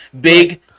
big